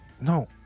No